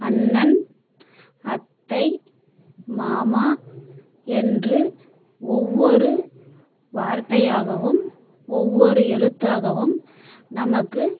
அண்ணன் அத்தை மாமா என்று ஒவ்வொரு வார்த்தையாகவும் ஒவ்வொரு எழுத்தாகவும் நமக்கு